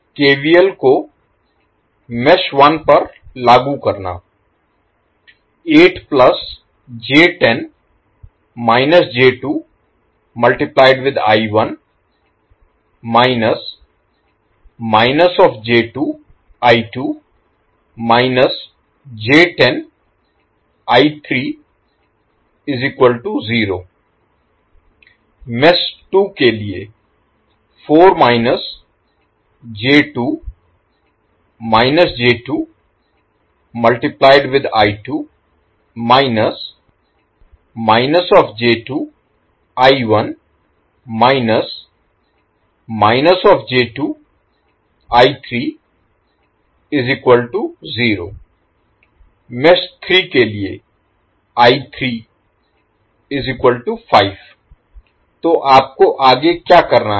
KVL को mesh 1 पर लागू करना मेष 2 के लिए मेष 3 के लिए तो आपको आगे क्या करना है